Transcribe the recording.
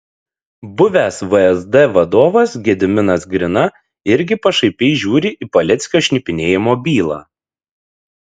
buvęs vsd vadovas gediminas grina irgi pašaipiai žiūri į paleckio šnipinėjimo bylą